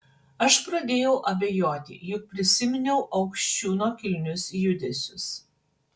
aš pradėjau abejoti juk prisiminiau aukščiūno kilnius judesius